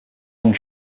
long